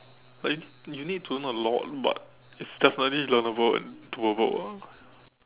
like you need you need to know a lot but it's definitely learnable and doable ah